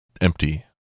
empty